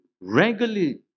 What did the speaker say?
regularly